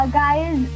guys